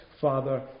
Father